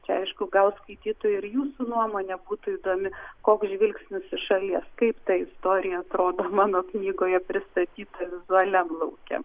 čia aišku gal skaitytojų ir jūsų nuomonė būtų įdomi koks žvilgsnis į šalies kaip ta istorija atrodo mano knygoje pristatyta vizualiam lauke